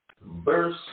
Verse